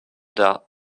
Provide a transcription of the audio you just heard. der